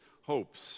hopes